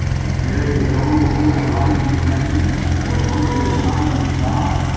that there is going to be a righteous remnant, and there is going to be a zion of god,